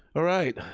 all right,